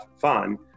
fun